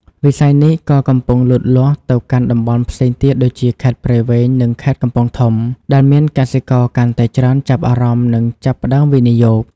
វិស័យនេះក៏កំពុងលូតលាស់ទៅកាន់តំបន់ផ្សេងទៀតដូចជា ខេត្តព្រៃវែង និងខេត្តកំពង់ធំ ដែលមានកសិករកាន់តែច្រើនចាប់អារម្មណ៍និងចាប់ផ្តើមវិនិយោគ។